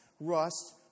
rust